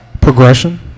Progression